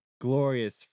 glorious